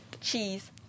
Cheese